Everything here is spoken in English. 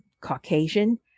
Caucasian